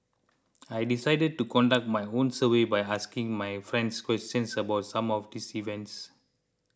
I decided to conduct my own survey by asking my friends questions about some of these events